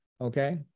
okay